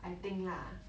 I think lah